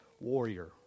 warrior